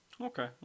Okay